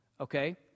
okay